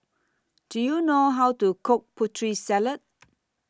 Do YOU know How to Cook Putri Salad